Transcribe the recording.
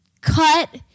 cut